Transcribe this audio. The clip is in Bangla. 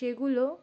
সেগুলো